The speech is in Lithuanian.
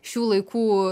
šių laikų